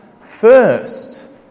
first